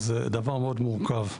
זה דבר מאוד מורכב.